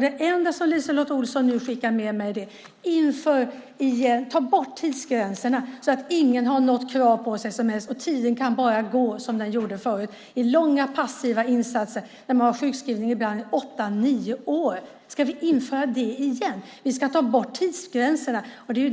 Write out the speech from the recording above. Det enda som LiseLotte Olsson nu skickar med mig är att vi ska ta bort tidsgränserna så att ingen har något som helst krav på sig och att tiden bara kan gå som den gjorde förut med långa passiva insatser. Ibland var man sjukskriven åtta nio år. Ska vi införa det igen och ta bort tidsgränserna?